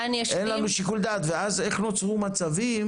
אין לנו שיקול דעת ואז איך נוצרו מצבים